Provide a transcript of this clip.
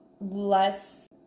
less